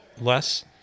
less